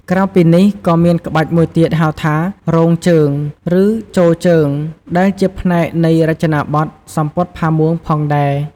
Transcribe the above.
ក្រៅពីនេះ ក៏មានក្បាច់មួយទៀតហៅថា 'រងជើង' ឬ 'ជរជើង' ដែលជាផ្នែកនៃរចនាប័ទ្មសំពត់ផាមួងផងដែរ។